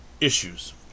issues